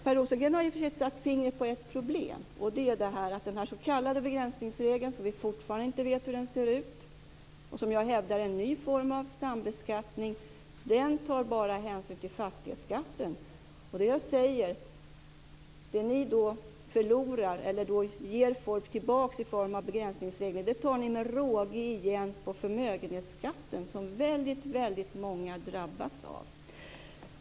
Per Rosengren har i och för sig satt fingret på ett problem, och det är att den s.k. begränsningsregeln - som vi fortfarande inte vet hur den ser ut och som jag hävdar är en ny form av sambeskattning - bara tar hänsyn till fastighetsskatten. Det ni då ger folk tillbaka i form av begränsningsregel tar ni med råge igen på förmögenhetsskatten, som väldigt många drabbas av.